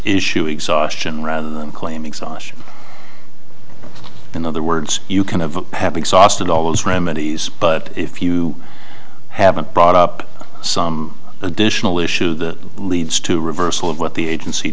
issue exhaustion rather than claim exhaustion in other words you kind of have exhausted all those remedies but if you haven't brought up some additional issue that leads to a reversal of what the agency